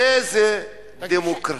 איזה דמוקרטיה.